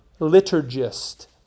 liturgist